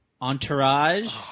Entourage